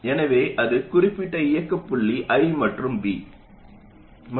எனவே அது குறிப்பிட்ட இயக்க புள்ளி I மற்றும் V